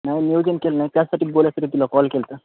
नाही नियोजन केलं नाही त्यासाठी बोलायसाठी तुला कॉल केला होता